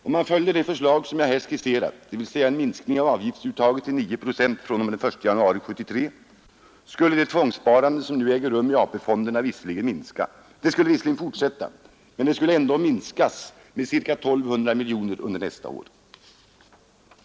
Om man följde det förslag, som jag här skisserat, dvs. en minskning av avgiftsuttaget till 9 procent fr.o.m. den 1 januari 1973, skulle det tvångssparande som nu äger rum i AP-fonderna visserligen fortsätta, men det skulle ändå minskas med ca 1 200 miljoner under nästa år.